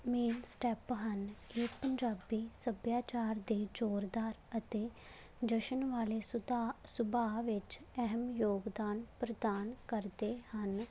main step ਹਨ ਇਹ ਪੰਜਾਬੀ ਸੱਭਿਆਚਾਰ ਦੇ ਜ਼ੋਰਦਾਰ ਅਤੇ ਜਸ਼ਨ ਵਾਲੇ ਸੁਧਾ ਸੁਭਾਅ ਵਿੱਚ ਅਹਿਮ ਯੋਗਦਾਨ ਪ੍ਰਦਾਨ ਕਰਦੇ ਹਨ